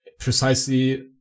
Precisely